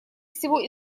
всего